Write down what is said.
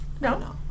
No